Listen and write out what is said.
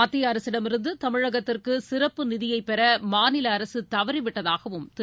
மத்திய அரசிடமிருந்து தமிழகத்திற்கு சிறப்பு நிதியைப் பெற மாநில அரசு தவறிவிட்டதாகவும் திரு